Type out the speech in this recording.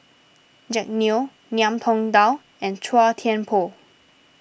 Jack Neo Ngiam Tong Dow and Chua Thian Poh